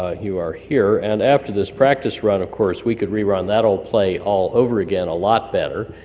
ah you are here, and after this practice run, of course, we could rerun that old play all over again a lot better,